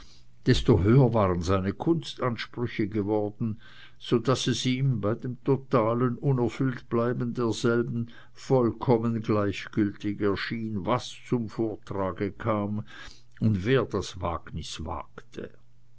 desto höher waren seine kunstansprüche geworden so daß es ihm bei dem totalen unerfülltbleiben derselben vollkommen gleichgültig erschien was zum vortrage kam und wer das wagnis wagte